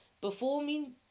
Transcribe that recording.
performing